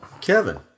Kevin